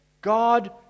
God